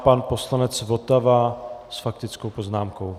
Pan poslanec Votava s faktickou poznámkou.